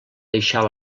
deixar